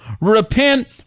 Repent